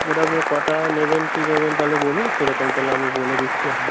ওটা আপনি কটা নেবেন কি নেবেন তাহলে বলুন সেরকম তাহলে আমি বলে দিচ্ছি